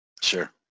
Sure